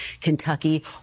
Kentucky